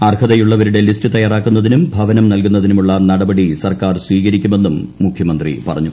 അർഹതയുള്ളവരുടെട്ട list തയാറാക്കുന്നതിനും ഭവനം നൽകുന്നതിനുമുള്ള നടപടി സർക്കാർ സ്വീകരിക്കുമെന്നും മുഖ്യമന്ത്രി പറഞ്ഞു